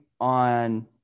on